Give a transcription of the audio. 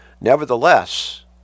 Nevertheless